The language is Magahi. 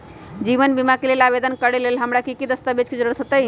जीवन बीमा के लेल आवेदन करे लेल हमरा की की दस्तावेज के जरूरत होतई?